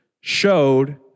showed